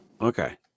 okay